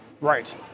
Right